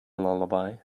lullaby